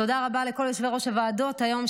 תודה רבה לכל יושבי-הראש של הוועדות היום,